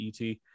et